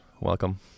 Welcome